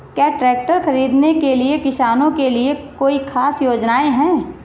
क्या ट्रैक्टर खरीदने के लिए किसानों के लिए कोई ख़ास योजनाएं हैं?